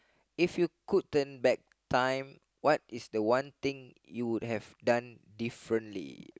if you could turn back time what is the one thing you would have done differently